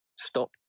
stop